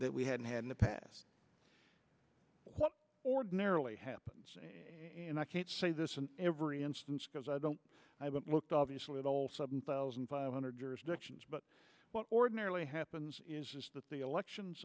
that we hadn't had in the past what ordinarily happens and i can't say this in every instance because i don't i haven't looked obviously the whole sudden thousand five hundred years directions but what ordinarily happens is that the elections